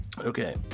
Okay